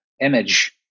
image